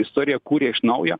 istorija kūrė iš naujo